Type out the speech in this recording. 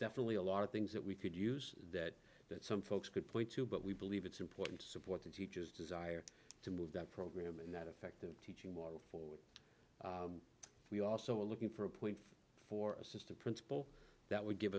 definitely a lot of things that we could use that that some folks could point to but we believe it's important to support the teachers desire to move that program and that effective teaching was for which we also are looking for a point for assistant principal that would give